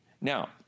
now